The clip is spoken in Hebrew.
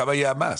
כמה יהיה המס.